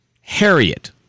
Harriet